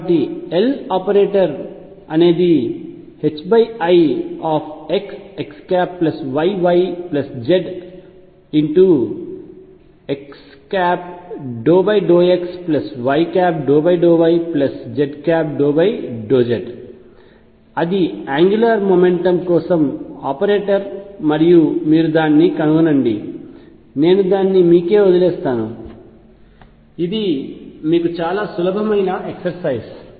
కాబట్టి Loperator అనేది ixxyyzz×x∂xy∂yz∂z అది యాంగ్యులార్ మెకానిక్స్ కోసం ఆపరేటర్ మరియు మీరు దాన్ని కనుగొనండి నేను దానిని మీకే వదిలేస్తాను ఇది మీకు చాలా సులభమైన ఎక్సర్సైజ్